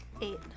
Eight